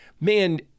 man